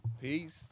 peace